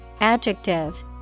Adjective